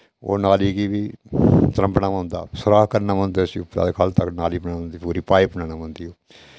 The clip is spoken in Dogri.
ओह् नाली गी बी त्रम्बने पौंदा सुराख करने पोंदे उसी उप्परा दा दे खल्ल तगर नाली बनाने पौंदी पूरी पाइप बनाने पौंदी